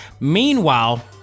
meanwhile